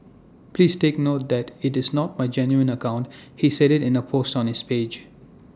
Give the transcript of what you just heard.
please take note that IT is not my genuine account he said IT in A post on his page